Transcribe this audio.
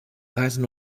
reisen